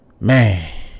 man